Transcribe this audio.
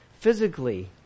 Physically